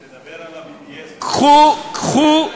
תדבר על ה-BDS, קחו את